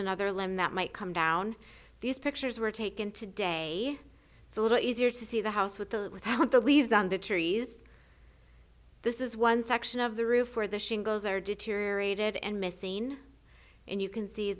another limb that might come down these pictures were taken today it's a little easier to see the house with the without the leaves on the trees this is one section of the roof where the shingles are deteriorated and missing and you can see